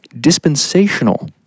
dispensational